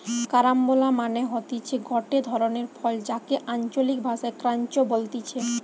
carambola মানে হতিছে গটে ধরণের ফল যাকে আঞ্চলিক ভাষায় ক্রাঞ্চ বলতিছে